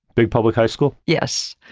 big public high school? yes.